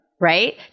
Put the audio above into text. Right